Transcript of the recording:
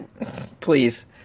Please